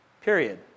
period